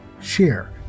share